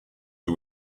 who